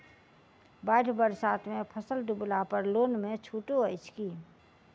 बाढ़ि बरसातमे फसल डुबला पर लोनमे छुटो अछि की